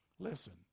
Listen